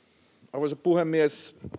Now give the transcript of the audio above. arvoisa puhemies